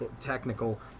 technical